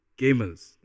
gamers